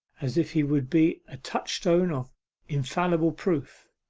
as if he would be a touchstone of infallible proof.